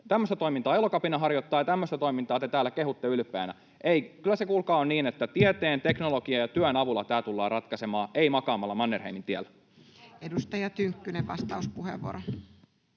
Tämmöistä toimintaa Elokapina harjoittaa, ja tämmöistä toimintaa te täällä kehutte ylpeänä. Ei, kyllä se, kuulkaa, on niin, että tieteen, teknologian ja työn avulla tämä tullaan ratkaisemaan, ei makaamalla Mannerheimintiellä. Edustaja Tynkkynen, vastauspuheenvuoro.